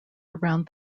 around